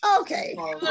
okay